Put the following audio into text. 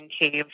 cave